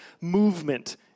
movement